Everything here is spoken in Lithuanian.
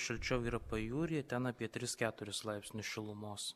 šilčiau yra pajūry ten apie tris keturis laipsnius šilumos